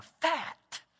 fat